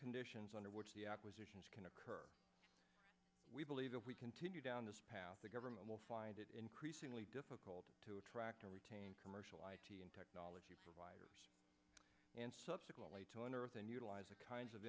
conditions under which the acquisitions can occur we believe if we continue down this path the government will find it increasingly difficult to attract and retain commercial and technology providers and subsequently to unearth and utilize the kinds of